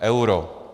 Euro.